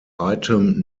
item